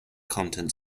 content